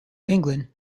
england